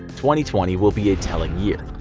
twenty twenty will be a telling year.